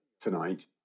tonight